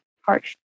harsh